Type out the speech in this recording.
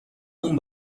اون